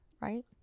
right